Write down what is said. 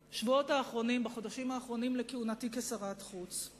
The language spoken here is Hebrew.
בחודשים האחרונים לכהונתי כשרת החוץ,